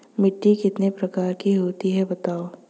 मिट्टी कितने प्रकार की होती हैं बताओ?